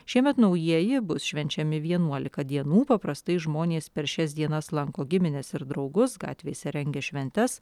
šiemet naujieji bus švenčiami vienuolika dienų paprastai žmonės per šias dienas lanko gimines ir draugus gatvėse rengia šventes